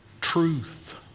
Truth